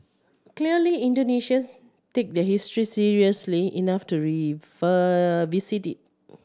clearly Indonesians take their history seriously enough to visit it